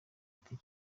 giti